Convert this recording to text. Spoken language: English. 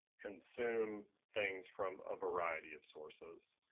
consume things from a variety of sources.